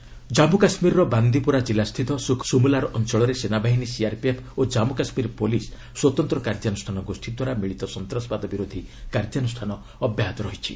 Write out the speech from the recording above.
JK gunfight Jammu କାଶ୍ମୀରର ବାନ୍ଦିପୋରା ଜିଲ୍ଲା ସ୍ଥିତ ସୁଖବାବା ସୁମଲାର ଅଞ୍ଚଳରେ ସେନାବାହିନୀ ସିଆର୍ପିଏଫ୍ ଓ କାମ୍ମୁ କାଶ୍ମୀର ପୁଲିସ୍ ସ୍ୱତନ୍ତ୍ର କାର୍ଯ୍ୟାନୁଷ୍ଠାନ ଗୋଷ୍ଠୀ ଦ୍ୱାରା ମିଳିତ ସନ୍ତାସବାଦ ବିରୋଧୀ କାର୍ଯ୍ୟାନୁଷ୍ଠାନ ଅବ୍ୟାହତ ରହିଛି